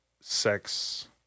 sex